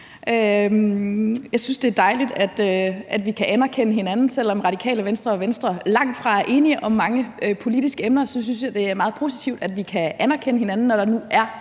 Jeg synes, det er dejligt, at vi kan anerkende hinanden. Selv om Radikale Venstre og Venstre langtfra er enige om mange politiske emner, synes jeg, det er meget positivt, at vi kan anerkende hinanden, når der nu er